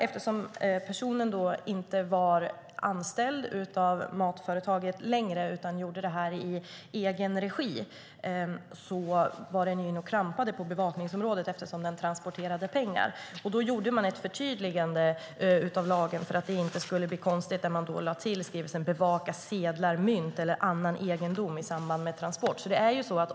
Eftersom personen då inte längre var anställd av matvaruföretaget utan gjorde jobbet i egen regi var man inne och klampade på bevakningsområdet, då det handlade om transport av pengar. Därför gjorde man ett förtydligande i lagen där man lade till skrivningen "bevaka sedlar, mynt eller annan egendom i samband med transport".